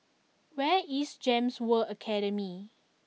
where is Gems World Academy